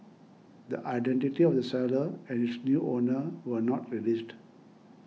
the identity of the seller and its new owner were not released